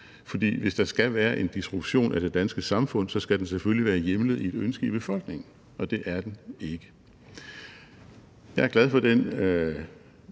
for hvis der skal være en disruption af det danske samfund, skal den selvfølgelig være hjemlet i et ønske i befolkningen, og det er den ikke. Jeg er glad for den